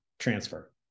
transfer